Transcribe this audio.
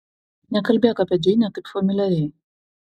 nekalbėk apie džeinę taip familiariai